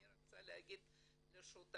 אני רוצה להגיד לשותפים,